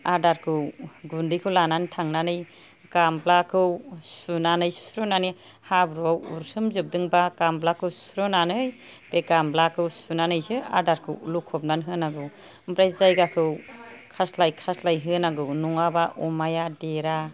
आदारखौ गुन्दैखौ लानानै थांनानै गामब्लाखौ सुनानै सुस्र'नानै हाब्रुआव उरसोमजोबदोंबा गामब्लाखौ सुस्र'नानै बे गामब्लाखौ सुनानैसो आदारखौ लखबनानै होनांगौ ओमफ्राय जायगाखौ खास्लाय खास्लाय होनांगौ नङाबा अमाया देरा